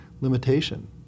limitation